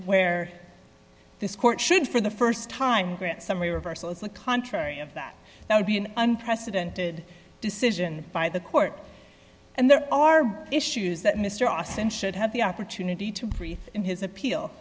where this court should for the st time grant some reversal of the contrary of that that would be an unprecedented decision by the court and there are issues that mr austin should have the opportunity to create in his appeal